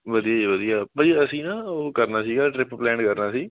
ਵਧੀਆ ਜੀ ਵਧੀਆ ਭਾਅ ਜੀ ਅਸੀਂ ਨਾ ਉਹ ਕਰਨਾ ਸੀਗਾ ਟਰਿੱਪ ਪਲੈਨ ਕਰਨਾ ਸੀ